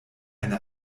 eine